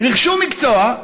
רכשו מקצוע,